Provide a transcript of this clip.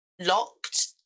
locked